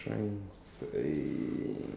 industrial strength